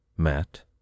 Matt